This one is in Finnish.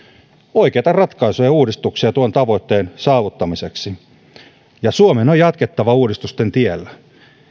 oikeita ratkaisuja ja uudistuksia tuon tavoitteen saavuttamiseksi suomen on jatkettava uudistusten tiellä